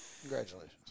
Congratulations